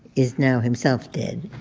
is now himself dead.